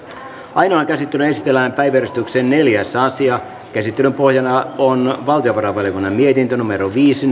ainoaan käsittelyyn esitellään päiväjärjestyksen neljäs asia käsittelyn pohjana on valtiovarainvaliokunnan mietintö viisi